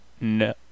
No